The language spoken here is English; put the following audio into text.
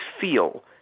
feel